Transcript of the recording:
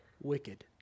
wicked